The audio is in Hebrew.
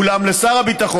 אולם, לשר הביטחון,